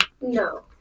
No